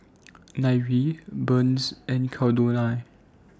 Nyree Burns and Caldonia